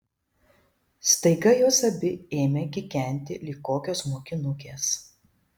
staiga jos abi ėmė kikenti lyg kokios mokinukės